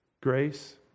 grace